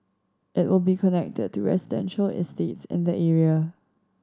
it will be connected to residential estates in the area